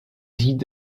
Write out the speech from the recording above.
sieht